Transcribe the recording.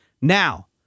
Now